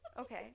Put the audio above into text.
Okay